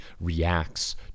reacts